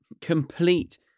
Complete